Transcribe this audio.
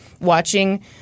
watching